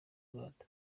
rwanda